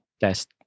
test